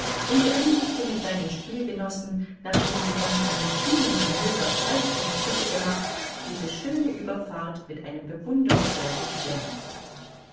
und beendigte mit seinen spielgenossen nachdem sie dank einem kühnen manöver dreizehn stiche gemacht diese schöne ueberfahrt mit einem bewundernswerthen schlemm